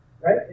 Right